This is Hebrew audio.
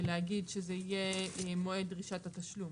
ולהגיד שזה יהיה מועד דרישת התשלום.